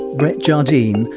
brett jardine,